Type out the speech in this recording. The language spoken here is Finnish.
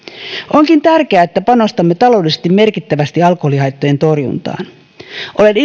onkin tärkeää että panostamme taloudellisesti merkittävästi alkoholihaittojen torjuntaan olen